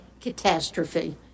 catastrophe